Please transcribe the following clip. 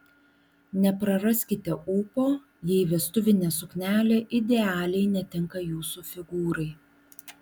nepraraskite ūpo jei vestuvinė suknelė idealiai netinka jūsų figūrai